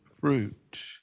fruit